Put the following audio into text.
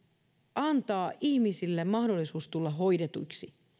antaa ihmisille mahdollisuus tulla hoidetuiksi